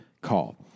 call